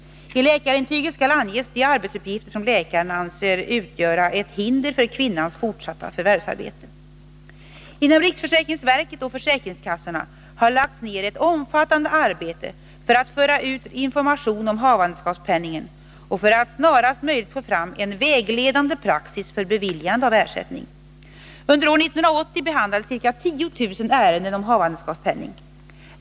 I läkarintyget skall anges de arbetsuppgifter som läkaren anser utgör ett hinder för kvinnans fortsatta förvärvsarbete. Inom riksförsäkringsverket och försäkringskassorna har lagts ner ett omfattande arbete för att föra ut information om havandeskapspenningen och för att snarast möjligt få fram en vägledande praxis för beviljande av ersättning. Under år 1980 behandlades ca 10 000 ärenden om havandeskapspenning.